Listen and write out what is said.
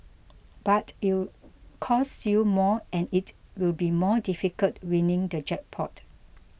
but it'll cost you more and it will be more difficult winning the jackpot